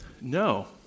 no